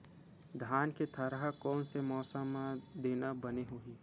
धान के थरहा कोन से मौसम म देना बने होही?